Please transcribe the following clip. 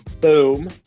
boom